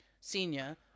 senior